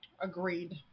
Agreed